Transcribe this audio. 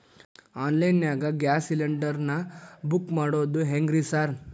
Online ನಾಗ gas cylinder ನಾ book ಮಾಡೋದ್ ಹೆಂಗ್ರಿ ಸಾರ್?